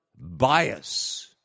bias